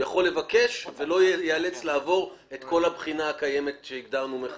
הוא יכול לבקש ולא ייאלץ לעבור את כל הבחינה הקיימת שהגדרנו מחדש.